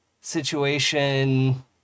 situation